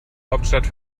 hauptstadt